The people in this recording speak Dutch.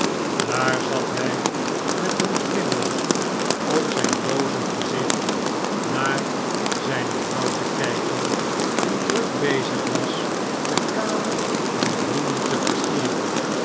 daar zat hij met een glimlach op zijn blozend gezicht naar zijne vrouw te kijken die druk bezig was de kamer met bloemen te versieren